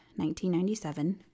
1997